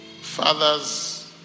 fathers